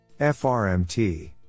FRMT